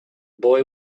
boy